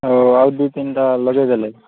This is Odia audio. ହଉ ଆଉ ଦୁଇ ତିନିଟା ଲଗାଇ ଦେଲେ